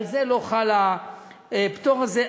על זה לא חל הפטור הזה.